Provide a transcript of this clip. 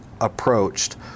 approached